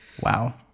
wow